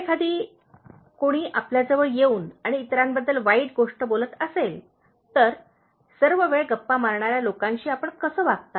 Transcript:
जर एखादे कोणी आपल्याजवळ येउन आणि इतरांबद्दल वाईट गोष्टी बोलत असेल तर सर्व वेळ गप्पा मारणाऱ्या लोकांशी आपण असे कसे वागता